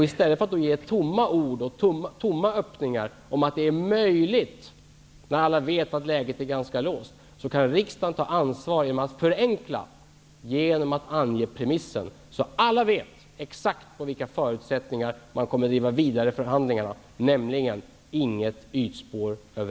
I stället för att ge tomma ord och tomma öppningar om att det är möjligt, när alla vet att läget är ganska låst, kan riksdagen ta ansvar genom att förenkla och ange premisserna. Då vet alla exakt på vilka förutsättningar man kommer att driva förhandlingarna vidare, nämligen inget ytspår över